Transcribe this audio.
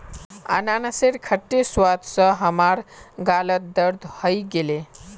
अनन्नासेर खट्टे स्वाद स हमार गालत दर्द हइ गेले